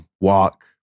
walk